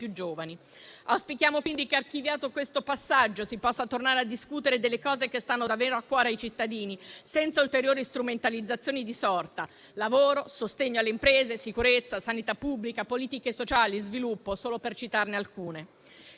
più giovani. Auspichiamo, quindi, che, archiviato questo passaggio, si possa tornare a discutere delle cose che stanno davvero a cuore ai cittadini senza ulteriori strumentalizzazioni di sorta: lavoro, sostegno alle imprese, sicurezza, sanità pubblica, politiche sociali e sviluppo, solo per citarne alcune.